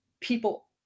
people